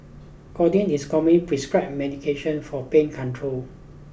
codeine is a commonly prescribed medication for pain control